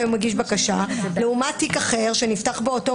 והוא מגיש בקשה לעומת תיק אחר שנפתח באותו